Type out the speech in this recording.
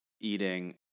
Eating